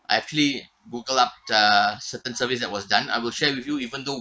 I actually google up uh certain service that was done I will share with you even though